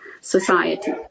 society